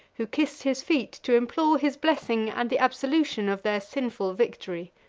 who kissed his feet, to implore his blessing and the absolution of their sinful victory.